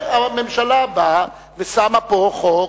הממשלה באה ושמה פה חוק,